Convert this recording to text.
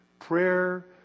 Prayer